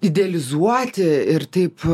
idealizuoti ir taip